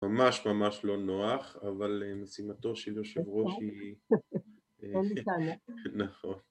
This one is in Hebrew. ממש ממש לא נוח אבל משימתו של יושב ראש היא